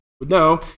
No